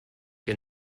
get